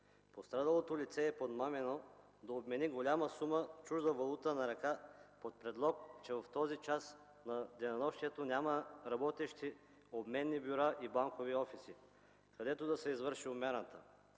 Пострадалото лице е подмамено да обмени голяма сума чужда валута на ръка под предлог, че в този час на денонощието няма работещи обменни бюра и банкови офиси, където да се извърши обмяната.